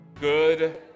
Good